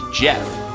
Jeff